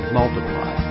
multiply